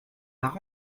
par